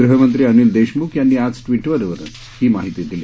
गृहमंत्री अनिल देशमुख यांनी आज ट्वीटरवर ही माहिती दिली